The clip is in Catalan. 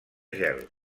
gel